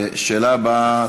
השאילתה הבאה,